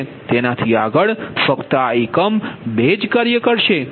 તેનાથી આગળ ફક્ત આ એકમ બે જ કાર્ય કરશે